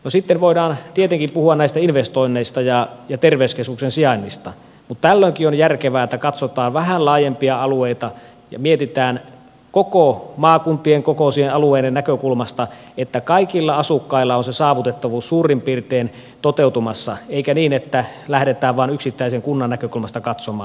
sitten voidaan tietenkin puhua näistä investoinneista ja terveyskeskuksen sijainnista mutta tällöinkin on järkevää että katsotaan vähän laajempia alueita ja mietitään koko maakuntien kokoisten alueiden näkökulmasta että kaikilla asukkailla on se saavutettavuus suurin piirtein toteutumassa eikä niin että lähdetään vain yksittäisen kunnan näkökulmasta katsomaan